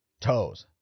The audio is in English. Toes